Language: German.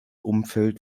umfeld